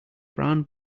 brown